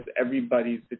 everybody's